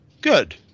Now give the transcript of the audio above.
Good